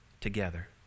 together